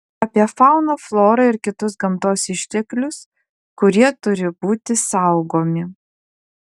apie fauną florą ir kitus gamtos išteklius kurie turi būti saugomi